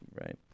Right